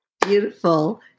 Beautiful